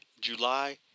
July